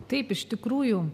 taip iš tikrųjų